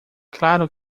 claro